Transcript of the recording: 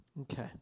Okay